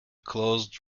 closed